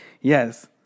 Yes